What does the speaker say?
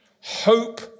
Hope